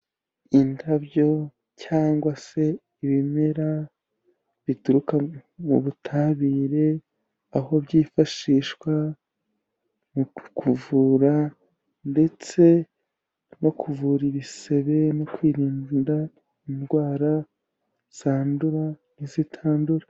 Indabyo cyangwa se ibimera bituruka mu butabire, aho byifashishwa mu kuvura ndetse no kuvura ibisebe no kwirinda indwara zandura n'izitandura.